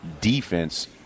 defense